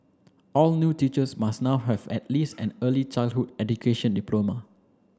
all new teachers must now have at least an early childhood education diploma